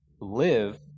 live